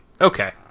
okay